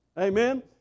amen